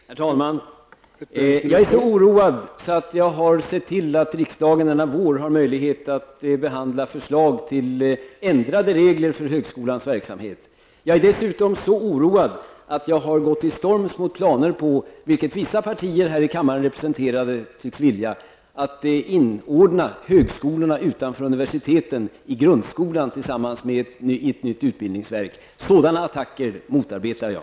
Herr talman! Jag är så oroad att jag har sett till att riksdagen denna vår har möjlighet att behandla förslag till ändrade regler för högskolans verksamhet. Jag är dessutom så oroad att jag har gått till storms mot planer på, vilket vissa partier här i kammaren tycks vilja, att inordna högskolorna utanför universiteten i grundskolan tillsammans med ett helt nytt utbildningsverk. Sådana attacker motarbetar jag.